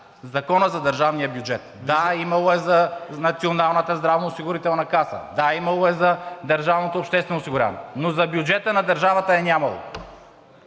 Закона за държавния бюджет?! Да, имало е, за Националната здравноосигурителна каса. Да, имало е, за държавното обществено осигуряване. Но за бюджета на държавата е нямало!